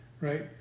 right